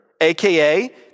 AKA